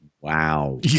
Wow